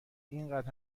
اینقدر